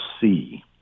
see